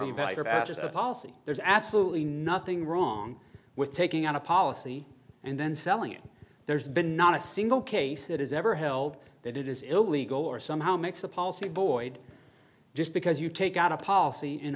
better as a policy there's absolutely nothing wrong with taking out a policy and then selling it there's been not a single case that has ever held that it is illegal or somehow makes a policy boyd just because you take out a policy